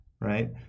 right